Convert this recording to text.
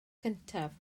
cyntaf